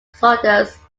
exodus